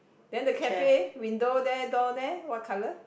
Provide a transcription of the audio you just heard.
than the cafe window there door there what colour